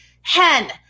hen